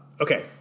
Okay